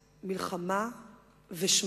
דת, מלחמה ושממה,